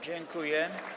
Dziękuję.